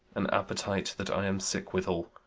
an appetite that i am sick withal,